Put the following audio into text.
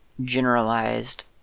generalized